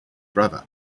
brother